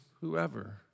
whoever